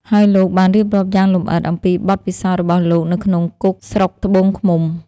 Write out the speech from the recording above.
ហើយលោកបានរៀបរាប់យ៉ាងលម្អិតអំពីបទពិសោធន៍របស់លោកនៅក្នុងគុកស្រុកត្បូងឃ្មុំ។